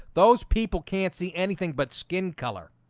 those people can't see anything but skin color